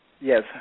Yes